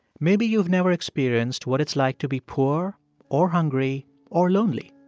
maybe you've never experienced what it's like to be poor or hungry or lonely.